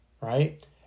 right